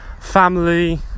Family